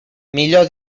millor